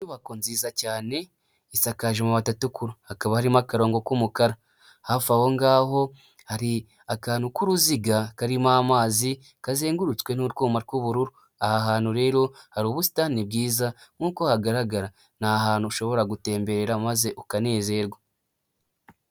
Inyubako nziza cyane isakaje amabati atukura hakaba harimo akarongo k'umukara, hafi aho ngaho hari akantu k'uruziga karimo amazi kazengurutswe n'urwuma rw'ubururu, aha hantu rero hari ubusitani bwiza nkuko hagaragara ni ahantu ushobora gutemmberera maze ukanezerwa.